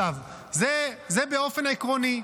זה באופן עקרוני,